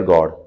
God